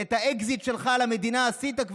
את האקזיט שלך על המדינה כבר עשית.